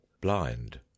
blind